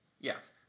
Yes